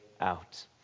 out